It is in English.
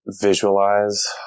visualize